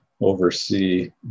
oversee